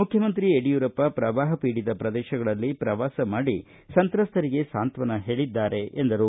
ಮುಖ್ಯಮಂತ್ರಿ ಯಡಿಯೂರಪ್ಪ ಪ್ರವಾಹ ಪೀಡಿತ ಪ್ರದೇಶಗಳಲ್ಲಿ ಪ್ರವಾಸ ಮಾಡಿ ಸಂತ್ರಸ್ತರಿಗೆ ಸಾಂತ್ವನ ಹೇಳಿದ್ದಾರೆ ಎಂದರು